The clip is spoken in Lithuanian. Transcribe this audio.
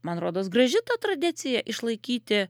man rodos graži ta tradicija išlaikyti